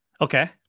Okay